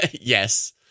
Yes